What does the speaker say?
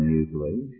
usually